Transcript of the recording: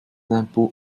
d’impôts